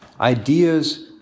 Ideas